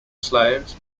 slaves